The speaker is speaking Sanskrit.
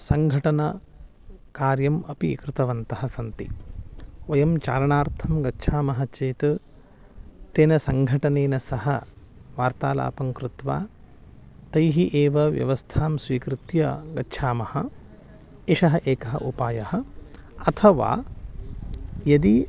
सङ्घटनकार्यम् अपि कृतवन्तः सन्ति वयं चारणार्थं गच्छामः चेत् तेन सङ्घटनेन सह वार्तालापं कृत्वा तैः एव व्यवस्थां स्वीकृत्य गच्छामः एषः एकः उपायः अथवा यदि